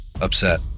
upset